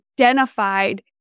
identified